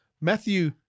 Matthew